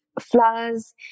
flowers